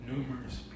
Numerous